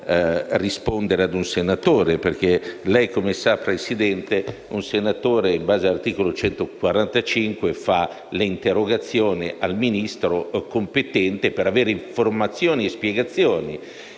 per rispondere a un senatore. Presidente - come lei sa - un senatore, in base all'articolo 145, fa le interrogazioni al Ministro competente per avere informazioni e spiegazioni